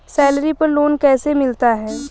Salary पर loan कैसे मिलता है?